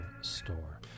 store